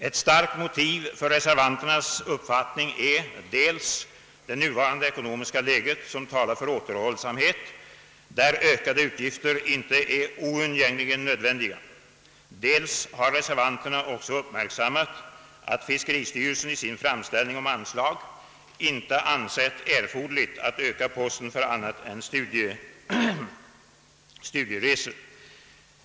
Ett starkt motiv för reservanternas uppfattning är det nuvarande ekonomiska läget, som talar för återhållsamhet när ökade utgifter inte är oundgängligen nödvändiga. Reservanterna har också uppmärksammat att fiskeristyrelsen i sin framställning om anslag inte ansett erforderligt att öka posten för annat än studieresor.